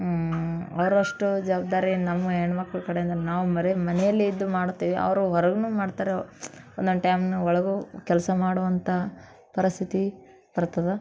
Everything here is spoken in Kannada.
ಅವ್ರಷ್ಟು ಜವ್ಬ್ದಾರಿಯನ್ನ ನಮ್ಮ ಹೆಣ್ಣುಮಕ್ಳು ಕಡೆಯಿಂದಲೂ ನಾವು ಮರೆ ಮನೆಯಲ್ಲಿಯೇ ಇದು ಮಾಡ್ತೀವಿ ಅವರು ಹೊರ್ಗೂನು ಮಾಡ್ತಾರೆ ಒಂದೊಂದು ಟೈಮ್ನ್ಯಾಗ ಒಳಗೂ ಕೆಲಸ ಮಾಡುವಂಥ ಪರಸ್ಥಿತಿ ಬರ್ತದೆ